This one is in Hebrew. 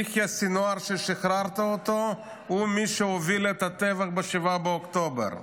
יחיא סנוואר ששחררת הוא מי שהוביל את הטבח ב-7 באוקטובר.